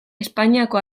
espainiako